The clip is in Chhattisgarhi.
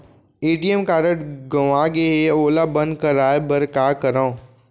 ए.टी.एम कारड गंवा गे है ओला बंद कराये बर का करंव?